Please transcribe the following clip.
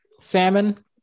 Salmon